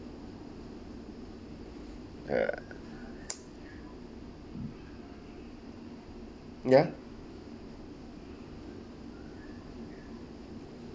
ya ya